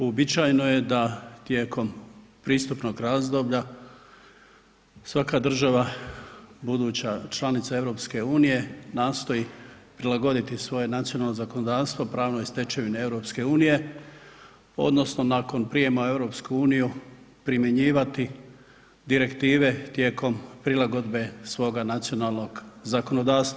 Uobičajeno je da tijekom pristupnog razdoblja svaka država, buduća članica EU nastoji prilagoditi svoje nacionalno zakonodavstvo pravnoj stečevini EU odnosno nakon prijema u EU primjenjivati direktive tijekom prilagodbe svoga nacionalnog zakonodavstva.